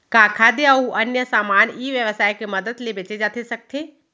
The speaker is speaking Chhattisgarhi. का खाद्य अऊ अन्य समान ई व्यवसाय के मदद ले बेचे जाथे सकथे?